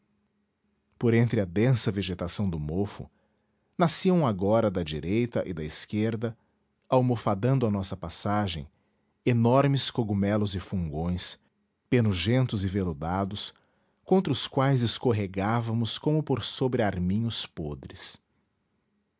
por entre a densa vegetação do mofo nasciam agora da direita e da esquerda almofadando a nossa passagem enormes cogumelos e fungões penugentos e veludados contra os quais escorregávamos como por sobre arminhos podres